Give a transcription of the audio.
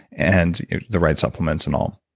and the right supplements and all.